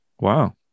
Wow